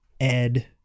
Ed